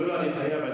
לא, אני חייב.